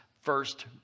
first